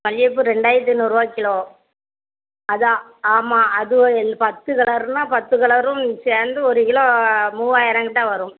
மல்லிகைப்பூ ரெண்டாயிரத்தி நூறுபா கிலோ அதுதான் ஆமாம் அதுவும் பத்து கலர்னால் பத்து கலரும் சேர்ந்து ஒரு கிலோ மூவாயிரம் கிட்டே வரும்